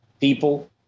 people